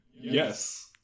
Yes